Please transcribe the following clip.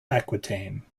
aquitaine